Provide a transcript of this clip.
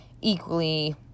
equally